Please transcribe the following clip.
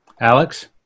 Alex